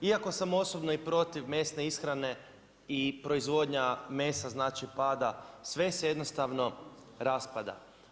Iako sam osobno protiv mesne ishrane i proizvodnja mesa pada, sve se jednostavno raspada.